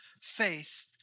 faith